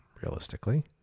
Realistically